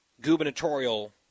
gubernatorial